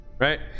right